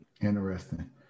Interesting